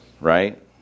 right